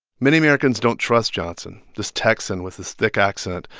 many americans don't trust johnson, this texan with his thick accent,